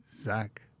Zach